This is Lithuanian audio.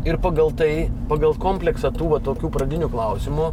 ir pagal tai pagal kompleksą tų va tokių pradinių klausimų